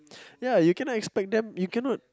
ya you cannot expect them you cannot